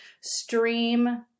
stream